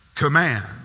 Command